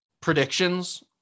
predictions